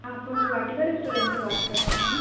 आप वाटिका रेस्टोरेंट से बात कर रहे हैं